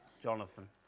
Jonathan